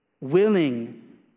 Willing